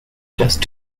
just